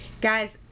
guys